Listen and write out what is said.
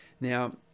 now